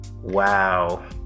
wow